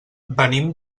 venim